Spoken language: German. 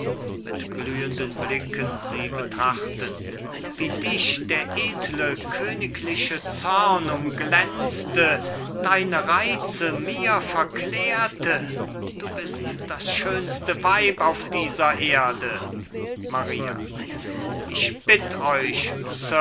mit glühenden blicken sie betrachtend wie dich der edle königliche zorn umglänzte deine reize mir verklärte du bist das schönste weib auf dieser erde maria ich bitt euch